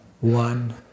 One